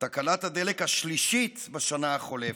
תקלת הדלק השלישית בשנה החולפת.